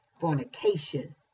fornication